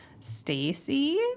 Stacy